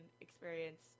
experience